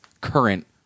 current